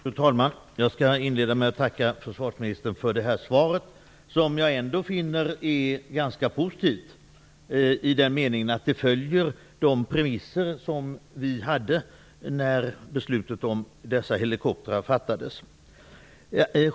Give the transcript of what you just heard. Fru talman! Jag skall inleda med att tacka försvarsministern för svaret, som jag ändå finner ganska positivt i den meningen att det följer de premisser som vi hade när beslutet om dessa helikoptrar fattades.